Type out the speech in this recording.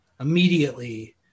immediately